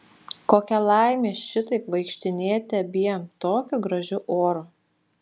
kokia laimė šitaip vaikštinėti abiem tokiu gražiu oru